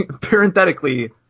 Parenthetically